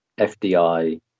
FDI